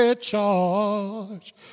charge